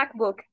MacBook